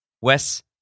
Wes